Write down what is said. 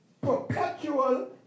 Perpetual